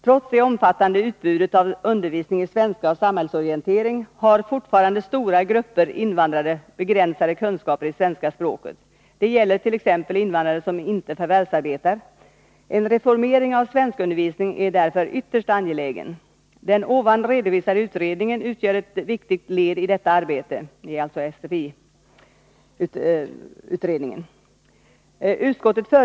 Trots det omfattande utbudet av undervisning i svenska och samhällsorientering har fortfarande stora grupper invandrare begränsade kunskaper i svenska språket. Det gäller t.ex. invandrare som inte förvärvsarbetar. En reformering av svenskundervisningen är därför ytterst angelägen. Den ovan redovisade utredningen” — det är alltså SFI-kommittén — ”utgör ett viktigt led i detta arbete.